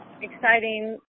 exciting